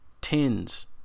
tens